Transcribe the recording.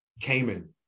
Cayman